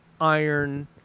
iron